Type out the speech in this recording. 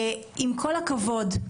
עם כל הכבוד,